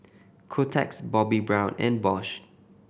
Kotex Bobbi Brown and Bosch